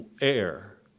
air